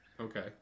Okay